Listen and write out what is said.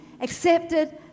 accepted